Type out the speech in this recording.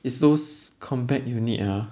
it's those combat unit ah